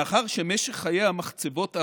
מאחר שמשך חיי המחצבות ארוך,